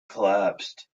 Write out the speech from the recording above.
collapsed